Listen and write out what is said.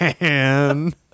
man